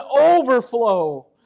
overflow